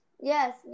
Yes